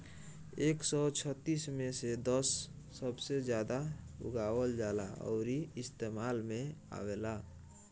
एक सौ छत्तीस मे से दस सबसे जादा उगावल जाला अउरी इस्तेमाल मे आवेला